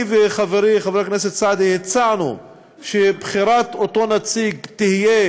אני וחברי חבר הכנסת סעדי הצענו שבחירת אותו נציג תהיה